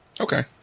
okay